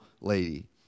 lady